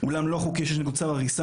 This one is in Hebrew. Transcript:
אולם לא חוקי, יש נגדו צו הריסה,